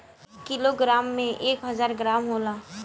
एक किलोग्राम में एक हजार ग्राम होला